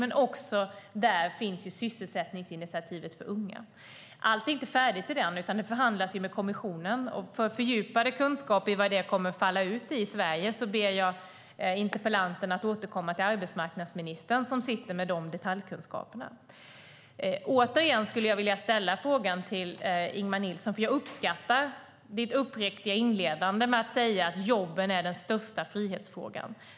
Men där finns också sysselsättningsinitiativet för unga. Allt är inte färdigt där, utan nu förhandlas det med kommissionen. För fördjupade kunskaper om vad det kommer att falla ut i i Sverige ber jag interpellanten att återkomma till arbetsmarknadsministern som sitter med dessa detaljkunskaper. Återigen skulle jag vilja ställa en fråga till Ingemar Nilsson. Jag uppskattar din uppriktiga inledning då du sade att jobben är den största frihetsfrågan.